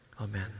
Amen